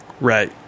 Right